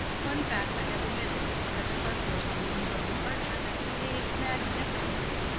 one fact i have omitted that the klesmers on the eve of departure have behaved magnificently,